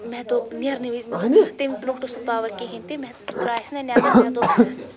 مےٚ دوٚپ نیرنہٕ وِزۍ تَمہِ برٛونٛٹھ اوس نہٕ پاوَر کِہیٖنۍ تہِ مےٚ درٛاس نَہ نیٚبر مےٚ دوٚپ